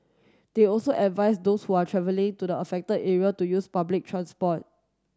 they also advise those who are travelling to the affected area to use public transport